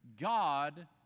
God